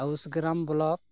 ᱟᱹᱣᱩᱥ ᱜᱨᱟᱢ ᱵᱚᱞᱚᱠ